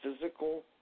physical